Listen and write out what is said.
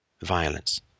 violence